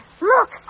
Look